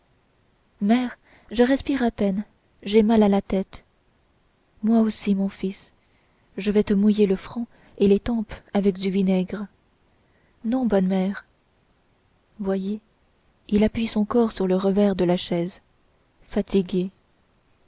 mère je respire à peine j'ai mal à la tête toi aussi mon fils je vais te mouiller le front et les tempes avec du vinaigre non bonne mère voyez il appuie son corps sur le revers de la chaise fatigué